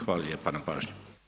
Hvala lijepo na pažnji.